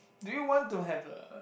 do you want to have a